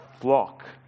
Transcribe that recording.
flock